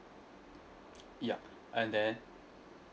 yup and then